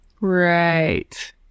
Right